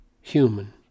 human